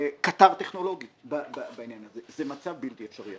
קטר טכנולוגי בעניין הזה, זה מצב בלתי אפשרי.